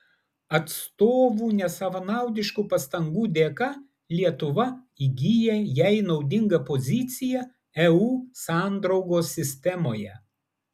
atstovų nesavanaudiškų pastangų dėka lietuva įgyja jai naudingą poziciją eu sandraugos sistemoje